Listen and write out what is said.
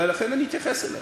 ולכן אני אתייחס אליה.